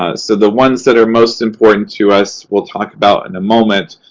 ah so the ones that are most important to us, we'll talk about in a moment.